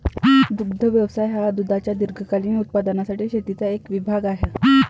दुग्ध व्यवसाय हा दुधाच्या दीर्घकालीन उत्पादनासाठी शेतीचा एक विभाग आहे